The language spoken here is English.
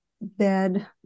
bed